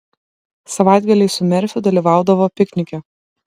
savaitgaliais su merfiu dalyvaudavo piknike